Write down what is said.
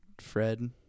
Fred